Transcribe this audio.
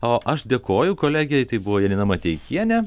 o aš dėkoju kolegei tai buvo janina mateikienė